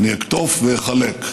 אני אקטוף ואחלק.